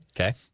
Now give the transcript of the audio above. Okay